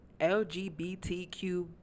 LGBTQ